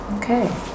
Okay